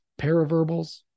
paraverbals